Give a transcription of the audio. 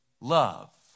love